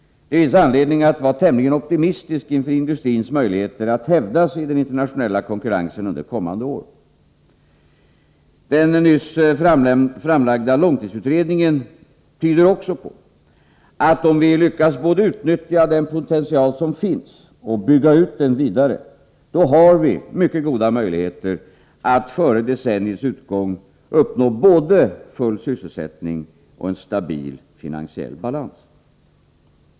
Det finns anledning att vara tämligen optimistisk inför industrins möjligheter att hävda sig i den internationella konkurrensen under kommande år. Den nyss framlagda långtidsutredningen tyder också på att vi, om vi lyckas både utnyttja den potential som finns och bygga ut den vidare, har mycket goda möjligheter att före decenniets utgång uppnå både full sysselsättning och stabil finansiell balans.